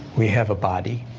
we have a body,